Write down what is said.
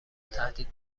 تهدید